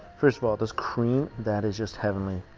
first of all this cream, that is just heavenly.